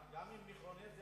גם עם מיקרונזיה